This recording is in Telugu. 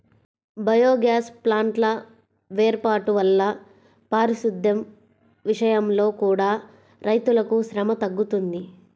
బయోగ్యాస్ ప్లాంట్ల వేర్పాటు వల్ల పారిశుద్దెం విషయంలో కూడా రైతులకు శ్రమ తగ్గుతుంది